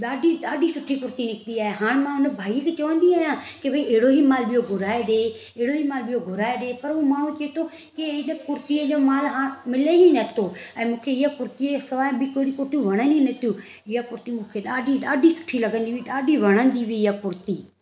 ॾाढी ॾाढी सुठी कुर्ती निकिती आहे हाणे मां हुन भई खे चवंदी आहियां कि भई अहिड़ो ई माल ॿियों घुराए ॾिए पर उहो माण्हू चए थो की हिन कुर्तीअ जो माल हा मिले ई न थो ऐं मूंखे हीअ कुर्तीअ जे सवाइ ॿी कहिड़ी कुर्तियूं वणनि ई नथियूं हीअ कुर्तियूं मुखे ॾाढी ॾाढी सुठी लॻंदी हुई ॾाढी वणंदी हुई हीअ कुर्ती